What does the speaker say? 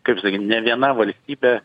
kaip sakyt ne viena valstybė